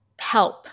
help